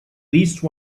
least